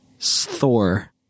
thor